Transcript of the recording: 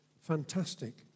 fantastic